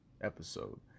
episode